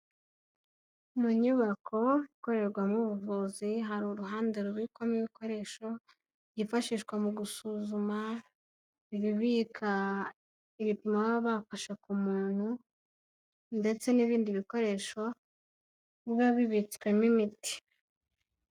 Mu nyubako ikorerwamo ubuvuzi, hari uruhande rubikwamo ibikoresho byifashishwa mu gusuzuma, ibibika ibipimo baba bafasha ku muntu, ndetse n'ibindi bikoresho biba bibitswemo imiti.